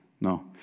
No